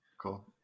cool